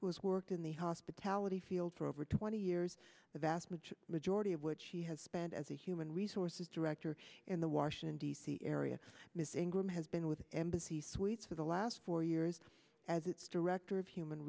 who's worked in the hospitality field for over twenty years the vast majority majority of which she has spent as a human resources director in the washington d c area missing groom has been with embassy suites for the last four years as its director of human